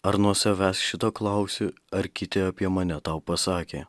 ar nuo savęs šito klausi ar kiti apie mane tau pasakė